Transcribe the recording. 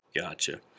Gotcha